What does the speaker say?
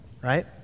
right